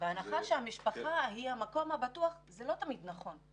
זה שהמשפחה היא המקום הבטוח, גם זה לא תמיד נכון.